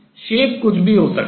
shape आकार कुछ भी हो सकता है